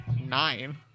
Nine